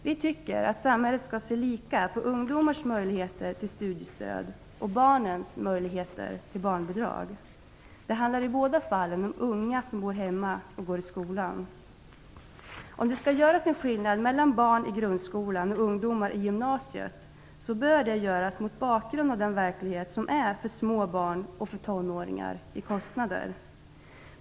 Vi tycker att samhället skall se lika på ungdomars möjlighet till studiestöd och barnens möjligheter till barnbidrag. Det handlar i båda fallen om unga som bor hemma och går i skolan. Om det skall göras en skillnad mellan barn i grundskolan och ungdomar i gymnasiet bör den göras mot bakgrund av den verklighet som gäller i fråga om kostnader för små barn och ungdomar.